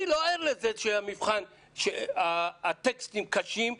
אני לא ער לזה שהטקסטים קשים,